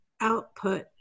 output